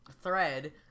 Thread